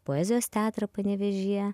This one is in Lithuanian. poezijos teatrą panevėžyje